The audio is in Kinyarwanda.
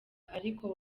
ariko